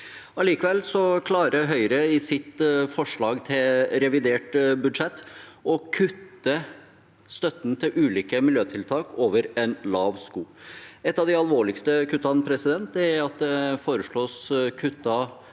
Likevel klarer Høyre i sitt forslag til revidert budsjett å kutte støtten til ulike miljøtiltak over en lav sko. Et av de alvorligste kuttene er at det foreslås kuttet